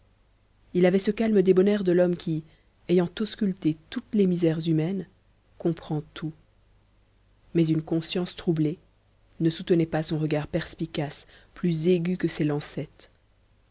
il avait ce calme débonnaire de l'homme qui ayant ausculté toutes les misères humaines comprend tout mais une conscience troublée ne soutenait pas son regard perspicace plus aigu que ses